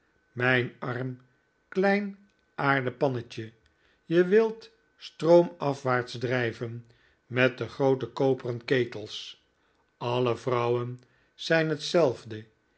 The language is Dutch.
mijn arm klein aarden pannetje je wilt stroomafwaarts drijven met de groote koperen ketels alle vrouwen zijn hetzelfde